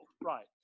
Right